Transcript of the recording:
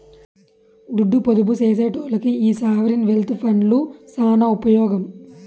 దుడ్డు పొదుపు సేసెటోల్లకి ఈ సావరీన్ వెల్త్ ఫండ్లు సాన ఉపమోగం